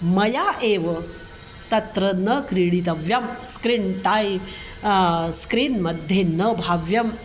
मया एव तत्र न क्रीडितव्यं स्क्रिन् टै स्क्रीन् मध्ये न भाव्यं